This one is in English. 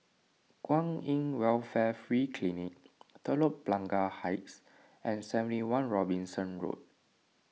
Kwan in Welfare Free Clinic Telok Blangah Heights and seventy one Robinson Road